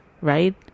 right